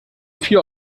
vier